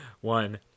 one